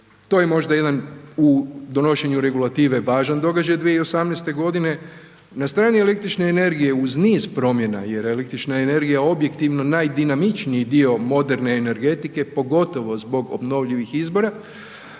To je možda jedan u donošenju regulative važan događaj 2018. godine na strani električne energije uz niz promjena jer električna energija je objektivno najdinamičniji dio moderne energetike pogotovo zbog obnovljivih izvora.